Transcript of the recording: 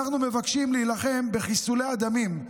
אנחנו מבקשים להילחם בחיסולי הדמים.